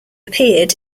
appeared